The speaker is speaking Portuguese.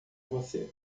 você